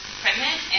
pregnant